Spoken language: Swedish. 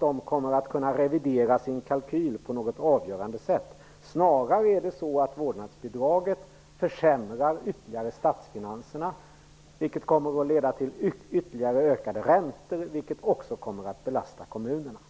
Man kommer inte att kunna revidera sin kalkyl på något avgörande sätt. Snarare försämrar vårdnadsbidraget statsfinanserna ytterligare, vilket kommer att leda till ytterligare ökade räntor, vilket också kommer att belasta kommunerna.